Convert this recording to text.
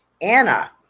Anna